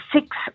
six